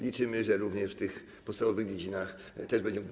Liczymy, że również w tych podstawowych dziedzinach też będzie.